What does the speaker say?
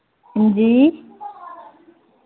हांजी